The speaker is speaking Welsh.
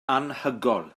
anhygoel